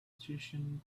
station